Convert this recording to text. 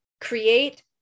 create